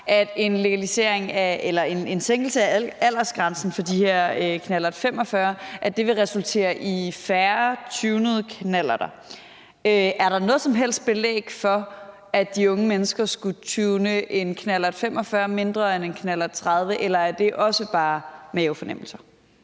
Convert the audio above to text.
at en sænkelse af aldersgrænsen for at køre på en knallert 45 vil resultere i færre tunede knallerter. Er der noget som helst belæg for, at de unge mennesker skulle tune en knallert 45 mindre end en knallert 30, eller er det også bare mavefornemmelser?